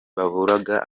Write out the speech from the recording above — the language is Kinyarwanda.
baburaga